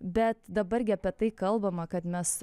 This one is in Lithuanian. bet dabar gi apie tai kalbama kad mes